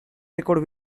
record